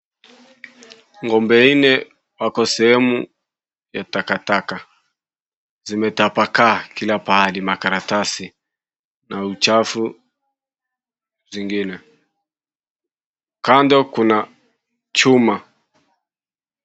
Ngo'mbe nne wako sehemu ya takataka, zimetapakaa kila pahali makaratasi na uchafu zingine. Kando kuna chuma.